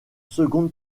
seconde